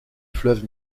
fleuve